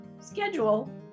schedule